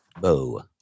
bow